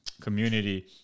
community